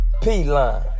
P-Line